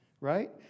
Right